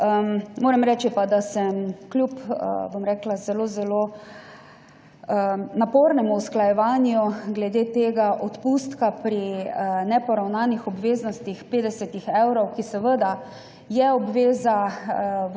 Moram reči, da sem kljub zelo zelo napornemu usklajevanju glede tega odpustka pri neporavnanih obveznostih 50 evrov, ki je obveza v